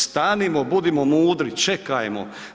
Stanimo, budimo mudri, čekajmo.